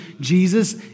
Jesus